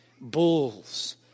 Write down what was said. bulls